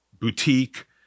boutique